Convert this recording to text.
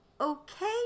okay